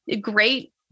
great